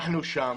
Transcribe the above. אנחנו שם.